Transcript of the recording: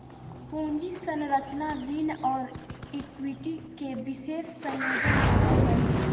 पूंजी संरचना ऋण और इक्विटी के विशेष संयोजन होवो हइ